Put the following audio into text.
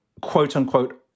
quote-unquote